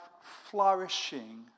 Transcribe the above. flourishing